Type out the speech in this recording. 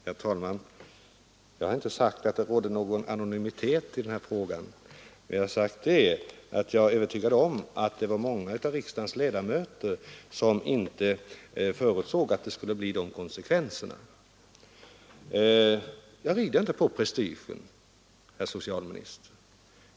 Herr talman! Jag har inte sagt att det var fråga om någon anonymitet i detta sammanhang. Jag har sagt att jag är övertygad om att det var många av riksdagens ledamöter som inte förutsåg att reformen skulle få de 15 uppkomna konsekvenserna. Jag rider inte på prestige, herr socialminister.